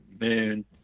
moon